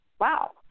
wow